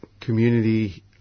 community